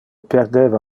perdeva